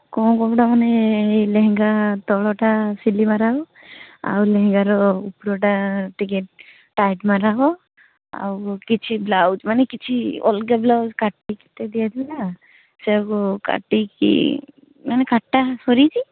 କ'ଣ କପଡ଼ା ମାନେ ଏଇ ଲେହେଙ୍ଗା ତଳଟା ସିଲେଇ ମରା ହେବ ଆଉ ଲେହେଙ୍ଗାର ଉପରଟା ଟିକେ ଟାଇଟ୍ ମରା ହେବ ଆଉ କିଛି ବ୍ଲାଉଜ୍ ମାନେ କିଛି ଅଲଗା ବ୍ଲାଉଜ୍ କାଟିକି ସେଇଆକୁ କାଟିକି ମାନେ କଟା ସରିଛି